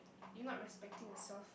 you not respecting yourself